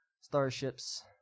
Starships